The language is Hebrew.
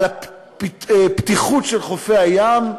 על הפתיחות של חופי הים.